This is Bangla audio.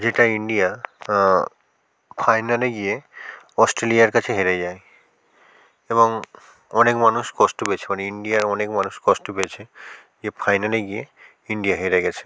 যেটা ইন্ডিয়া ফাইনালে গিয়ে অস্ট্রেলিয়ার কাছে হেরে যায় এবং অনেক মানুষ কষ্ট পেয়েছে মানে ইন্ডিয়ায় অনেক মানুষ কষ্ট পেয়েছে যে ফাইনালে গিয়ে ইন্ডিয়া হেরে গেছে